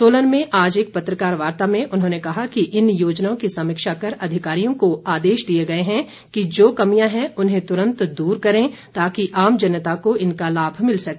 सोलन में आज एक पत्रकार वार्ता में उन्होंने कहा कि इन योजनाओं की समीक्षा कर अधिकारियों को आदेश दिए गए हैं कि जो कमियां हैं उन्हें तुरन्त दूर करें ताकि आम जनता को इनका लाभ मिल सके